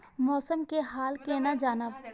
मौसम के हाल केना जानब?